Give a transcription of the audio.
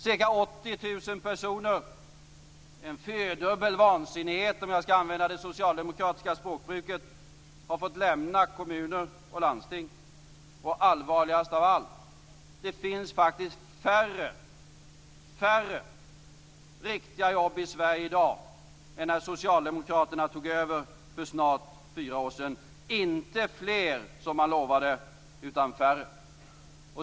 Ca 80 000 personer - en fyrdubbel vansinnighet, om jag skall använda det socialdemokratiska språkbruket - har fått lämna kommuner och landsting. Och allvarligast av allt: Det finns faktiskt färre riktiga jobb i Sverige i dag än när socialdemokraterna tog över för snart fyra år sedan - inte fler, som man lovade, utan färre.